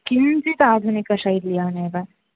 किञ्चिताधुनिकशैल्यामेव